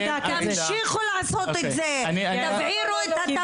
תמשיכו לעשות את זה, תבעירו את התבערה.